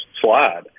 slide